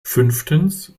fünftens